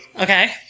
Okay